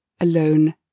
alone